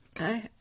okay